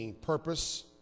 purpose